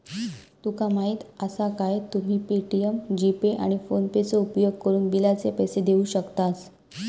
तुका माहीती आसा काय, तुम्ही पे.टी.एम, जी.पे, आणि फोनेपेचो उपयोगकरून बिलाचे पैसे देऊ शकतास